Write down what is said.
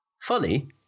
Funny